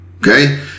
Okay